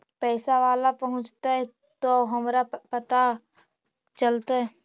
पैसा बाला पहूंचतै तौ हमरा कैसे पता चलतै?